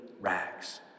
rags